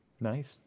nice